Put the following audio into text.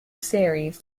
series